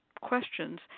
questions